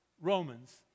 Romans